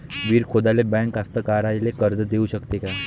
विहीर खोदाले बँक कास्तकाराइले कर्ज देऊ शकते का?